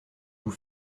vous